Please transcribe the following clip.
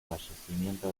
fallecimiento